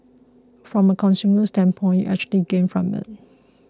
from a consumer standpoint you actually gain from it